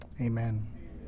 amen